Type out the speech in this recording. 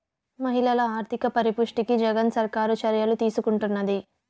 మహిళల ఆర్థిక పరిపుష్టికి జగన్ సర్కారు చర్యలు తీసుకుంటున్నది